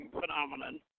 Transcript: phenomenon